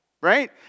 right